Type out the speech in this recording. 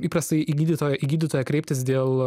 įprastai į gydytoją gydytoją kreiptis dėl